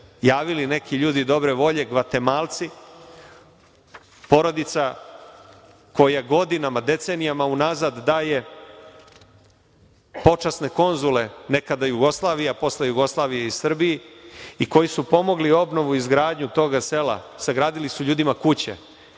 javili neki ljudi dobre volje, Gvatemalci. Porodica koja godinama, decenijama unazad daje počasne konzule nekada u Jugoslaviji, a posle Jugoslavije i Srbiji i koji su pomogli obnovu i izgradnju toga sela, sagradili su ljudima kuće,